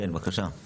כן, בבקשה.